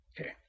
Okay